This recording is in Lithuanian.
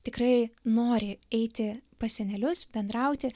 tikrai nori eiti pas senelius bendrauti